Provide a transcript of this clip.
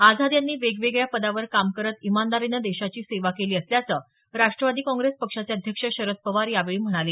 आझाद यांनी वेगवेगळ्या पदावर काम करत इमानदारीनं देशाची सेवा केली असल्याचं राष्ट्रवादी काँग्रेस पक्षाचे अध्यक्ष शरद पवार यावेळी म्हणाले